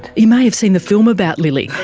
you may have seen the film about lili,